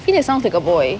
feel it sounds like a boy